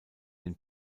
den